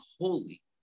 holy